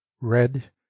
red